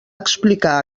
explicar